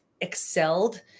excelled